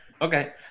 Okay